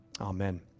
Amen